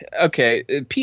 Okay